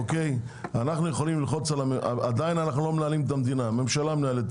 אנחנו לא מנהלים את המדינה אלא הממשלה.